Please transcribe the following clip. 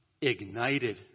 ignited